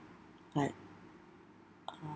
like uh